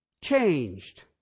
changed